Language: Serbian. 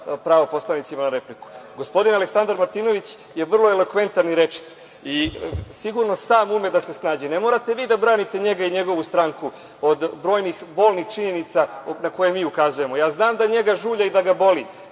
pravo poslanicima na repliku. Gospodin Aleksandar Martinović je vrlo elokventan i rečit i sigurno sam ume da se snađe. Ne morate vi da branite njega i njegovu stranku od brojnih bolnih činjenica na koje mi ukazujemo. Znam da njega žulja i da ga boli,